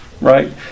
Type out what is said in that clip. Right